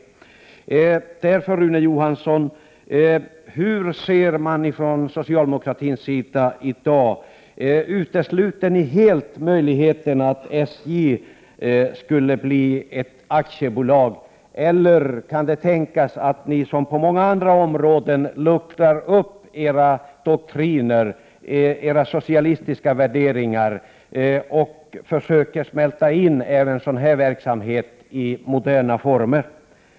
Därför vill jag fråga Rune Johansson: Utesluter man från socialdemokratins sida möjligheten att göra SJ till ett aktiebolag, eller kan det tänkas att ni, som ni gjort på många andra områden, kan luckra upp era doktriner och socialistiska värderingar för att även verksamhet av SJ:s typ skall kunna anta moderna former?